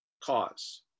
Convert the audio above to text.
cause